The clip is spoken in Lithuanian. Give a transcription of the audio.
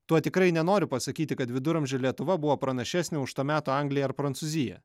tuo tikrai nenoriu pasakyti kad viduramžių lietuva buvo pranašesnė už to meto angliją ar prancūziją